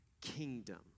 kingdom